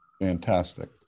Fantastic